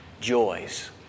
joys